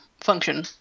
function